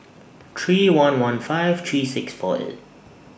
three one one five three six four eight